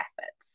efforts